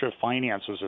finances